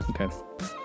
Okay